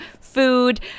food